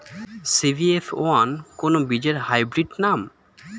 CBF one কোন বীজের hybrid নাম?